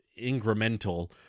incremental